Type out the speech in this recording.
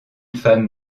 femme